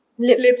Lips